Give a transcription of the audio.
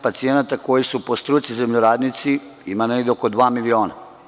Pacijenata koji su po struci zemljoradnici ima negde oko dva miliona.